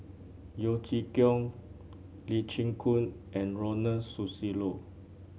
Yeo Chee Kiong Lee Chin Koon and Ronald Susilo